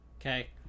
okay